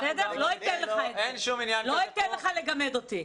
לא אתן לך לגמד אותי.